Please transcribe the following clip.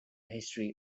history